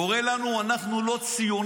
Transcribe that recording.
קורא לנו, אנחנו לא ציונים,